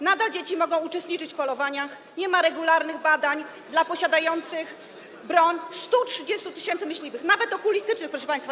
Nadal dzieci mogą uczestniczyć w polowaniach, nie ma regularnych badań w przypadku posiadających broń 130 tys. myśliwych, nawet okulistycznych, proszę państwa.